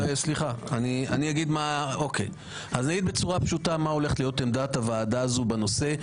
אני אומר בצורה פשוטה מה הולכת להיות עמדת הוועדה הזו בנושא.